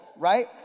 right